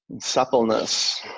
suppleness